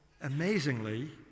amazingly